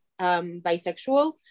bisexual